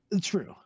True